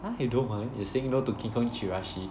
!huh! you don't want you saying no to King Kong Chirashi